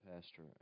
pastor